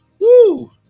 Woo